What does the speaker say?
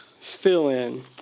fill-in